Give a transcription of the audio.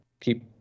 keep